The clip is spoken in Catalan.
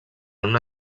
una